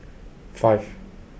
five